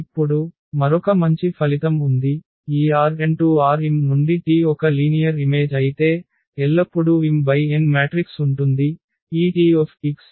ఇప్పుడు మరొక మంచి ఫలితం ఉంది ఈ RnRm నుండి T ఒక లీనియర్ ఇమేజ్ అయితే ఎల్లప్పుడూ m×n మ్యాట్రిక్స్ ఉంటుంది ఈ T ఈ మ్యాట్రిక్స్ A